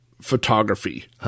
photography